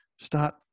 start